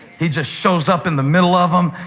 he just shows up in the middle of them,